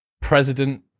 president